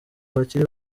bakiri